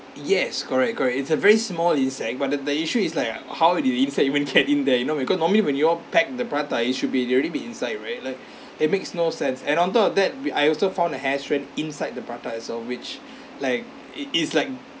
yes correct correct it's a very small insect but the the issue is like how did the insect even get in there you know because normally when you all pack the prata it should be it already be inside right like that makes no sense and on top of that we I also found a hair strand inside the prata as well which like it is like